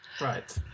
Right